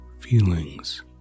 feelings